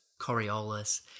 coriolis